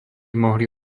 mohli